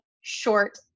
short